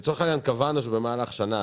נניח שקבענו שבמהלך שנה,